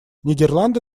нидерланды